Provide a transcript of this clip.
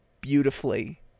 beautifully